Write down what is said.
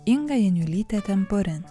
inga janiulytė tenporen